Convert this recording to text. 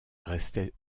restait